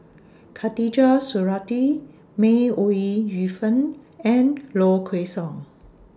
Khatijah Surattee May Ooi Yu Fen and Low Kway Song